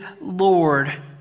Lord